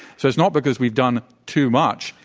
so it's not because we've done too much.